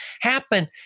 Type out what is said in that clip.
happen